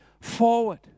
forward